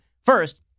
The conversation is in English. First